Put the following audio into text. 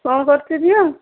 କ'ଣ କରୁଛୁ ଝିଅ